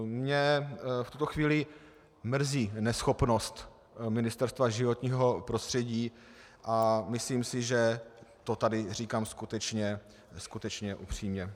Mě v tuto chvíli mrzí neschopnost Ministerstva životního prostředí a myslím si, že to tady říkám skutečně upřímně.